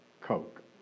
Coke